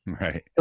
right